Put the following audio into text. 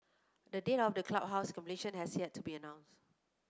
the date of the clubhouse's completion has yet to be announced